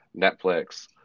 Netflix